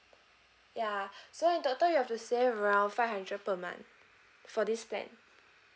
ya so in total you have to save around five hundred per month for this plan